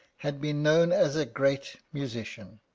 had been known as a great musician.